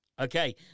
Okay